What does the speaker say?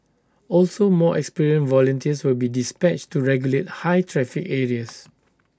also more experienced volunteers will be dispatched to regulate high traffic areas